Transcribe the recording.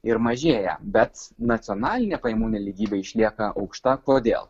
ir mažėja bet nacionalinė pajamų nelygybė išlieka aukšta kodėl